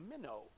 minnow